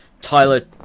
Tyler